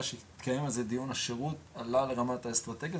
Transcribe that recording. שהתקיים על זה דיון השירות עלה לרמת האסטרטגיה,